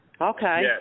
Okay